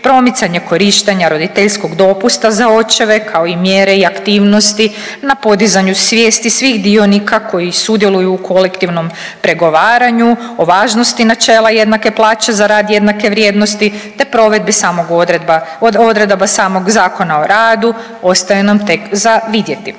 promicanje korištenja roditeljskog dopusta za očeve, kao i mjere i aktivnosti na podizanju svijesti svih dionika koji sudjeluju u kolektivnom pregovaranju o važnosti načela jednake plaće za rad jednake vrijednosti, te provedbi samog odredba, odredaba samog Zakona o radu, ostaje nam tek za vidjeti.